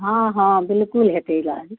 हॅं हॅं बिलकुल हेतै इलाज